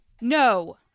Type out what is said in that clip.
No